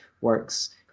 works